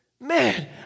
Man